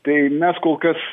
tai mes kol kas